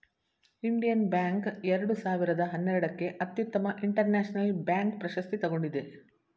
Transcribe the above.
Indian Bank ಎರಡು ಸಾವಿರದ ಹನ್ನೆರಡಕ್ಕೆ ಅತ್ಯುತ್ತಮ ಇಂಟರ್ನ್ಯಾಷನಲ್ ಬ್ಯಾಂಕ್ ಪ್ರಶಸ್ತಿ ತಗೊಂಡಿದೆ